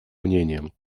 мнениям